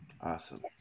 Awesome